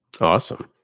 Awesome